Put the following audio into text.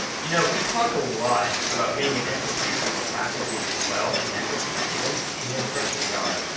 you know, we talk a lot about being an institution where faculty is well connected with students and they certainly are.